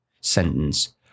sentence